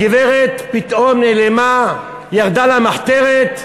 הגברת פתאום נעלמה, ירדה למחתרת,